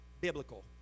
biblical